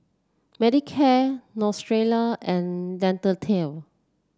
Manicare Neostrata and Dentiste